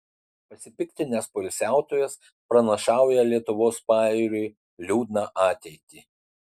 pasipiktinęs poilsiautojas pranašauja lietuvos pajūriui liūdną ateitį